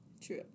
True